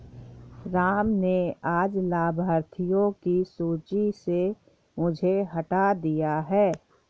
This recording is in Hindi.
राम ने आज लाभार्थियों की सूची से मुझे हटा दिया है